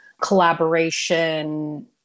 collaboration